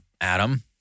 Adam